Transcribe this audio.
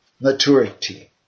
maturity